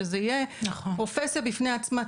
שזה יהיה פרופסיה בפני עצמה,